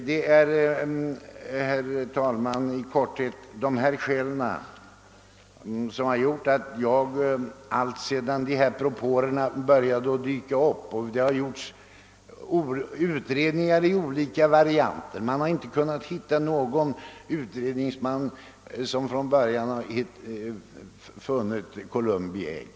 Det är, herr talman, i korthet av dessa skäl som jag alltsedan dessa propåer började dyka upp har ställt mig tveksam. Det har gjorts utredningar i olika varianter, men man har inte kunnat hitta någon utredningsman som från början har funnit Columbi ägg.